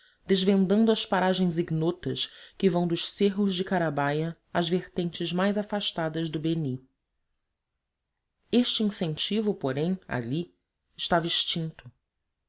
desvendando as paragens ignotas que vão dos cerros de carabaya às vertentes mais afastadas do beni este incentivo porém ali estava extinto